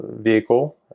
vehicle